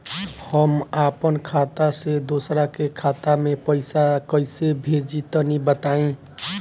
हम आपन खाता से दोसरा के खाता मे पईसा कइसे भेजि तनि बताईं?